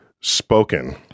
spoken